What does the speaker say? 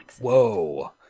Whoa